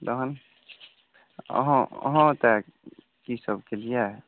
अहाँ की सभ कयलियै